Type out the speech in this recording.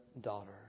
daughter